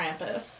Krampus